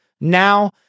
Now